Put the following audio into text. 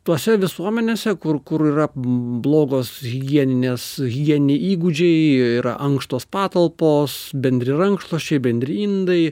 tose visuomenėse kur kur yra blogos higieninės higieniniai įgūdžiai yra ankštos patalpos bendri rankšluosčiai bendri indai